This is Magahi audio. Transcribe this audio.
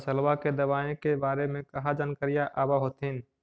फसलबा के दबायें के बारे मे कहा जानकारीया आब होतीन?